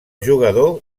jugador